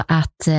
att